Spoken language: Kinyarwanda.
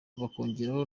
bakongeraho